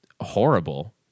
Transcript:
horrible